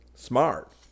Smart